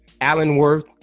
Allenworth